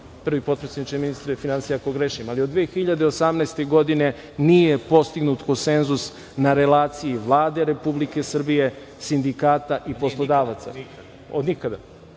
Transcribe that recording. prvi potpredsedniče, ministre finansija ako grešim, ali od 2018. godine nije postignut konsenzus na relaciji Vlade Republike Srbije, sindikata i poslodavaca.(Siniša